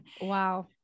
Wow